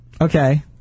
Okay